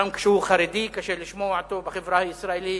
גם כשהוא חרדי קשה לשמוע אותו בחברה הישראלית,